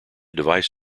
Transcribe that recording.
device